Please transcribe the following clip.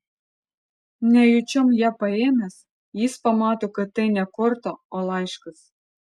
nejučiom ją paėmęs jis pamato kad tai ne korta o laiškas